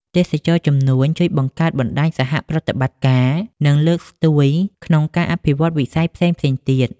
ទេសចរណ៍ជំនួញជួយបង្កើតបណ្តាញសហប្រតិបត្តិការ និងលើកស្ទួយក្នុងការអភិវឌ្ឍន៍វិស័យផ្សេងៗទៀត។